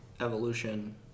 evolution